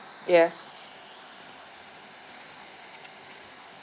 ya